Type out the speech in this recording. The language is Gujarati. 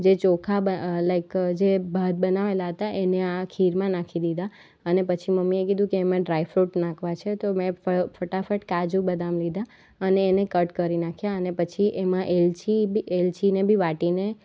જે ચોખા બ લાઇક જે ભાત બનાવેલા હતા એને આ ખીરમાં નાખી દીધા અને પછી મમ્મીએ કીધું કે એમાં ડ્રાય ફ્રૂટ નાખવા છે તો મેં ફટાફટ કાજુ બદામ લીધા અને એને કટ કરી નાખ્યા અને પછી એમાં એલચી એલચીને બી વાટીને